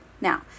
Now